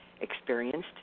experienced